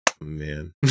man